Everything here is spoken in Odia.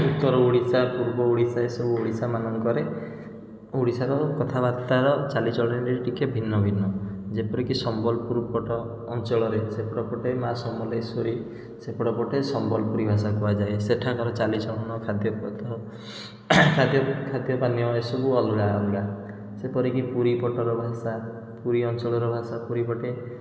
ଉତ୍ତର ଓଡ଼ିଶା ପୂର୍ବ ଓଡ଼ିଶା ଏସବୁ ଓଡ଼ିଶାମାନଙ୍କରେ ଓଡ଼ିଶାର କଥାବାର୍ତ୍ତାର ଚାଲିଚଳନିରେ ଟିକିଏ ଭିନ୍ନ ଭିନ୍ନ ଯେପରିକି ସମ୍ବଲପୁର ପଟ ଅଞ୍ଚଳରେ ସେପଟେ ପଟେ ମା' ସମଲେଶ୍ୱରୀ ସେପଟ ପଟେ ସମ୍ବଲପୁରୀ ଭାଷା କୁହାଯାଏ ସେଠାକାର ଚାଲିଚଳନ ଖାଦ୍ୟ ପଦାର୍ଥ ଖାଦ୍ୟ ଖାଦ୍ୟ ପାନୀୟ ଏସବୁ ଅଲଗା ଅଲଗା ଯେପରିକି ପୁରୀ ପଟର ଭାଷା ପୁରୀ ଅଞ୍ଚଳର ଭାଷା ପୁରୀ ପଟେ